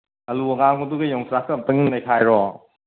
ꯑꯜꯂꯨ ꯑꯉꯥꯡꯕꯗꯨꯒ ꯌꯣꯡꯆꯥꯛꯀ ꯑꯝꯇꯪ ꯅꯩꯈꯥꯏꯔꯣ